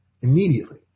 Immediately